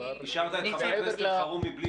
השארת את חבר הכנסת סעיד אלחרומי בלי